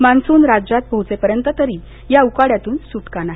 monsoon राज्यात पोहोचेपर्यंत तरी या उकाड्यातून सुटका नाही